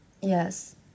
Yes